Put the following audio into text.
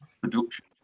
production